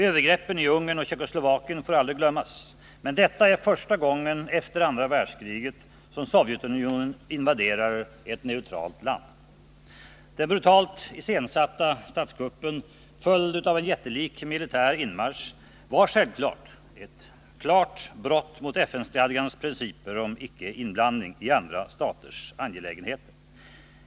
Övergreppen i Ungern och Tjeckoslovakien får aldrig glömmas, men detta är första gången efter andra världskriget som Sovjetunionen invaderar ett neutralt land. Den brutalt iscensatta statskuppen, följd av en jättelik militär inmarsch, var självfallet ett klart brott mot FN-stadgans principer om icke-inblandning i andra staters angelägenheter.